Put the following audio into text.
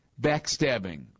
backstabbing